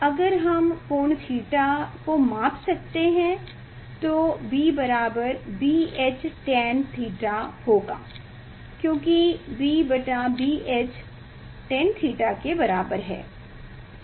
अगर हम कोण थीटा को माप सकते हैं तो B बराबर BH tan थीटा होगा क्योंकि B BH tan थीटा के बराबर है